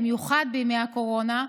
במיוחד בימי הקורונה,